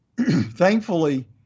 Thankfully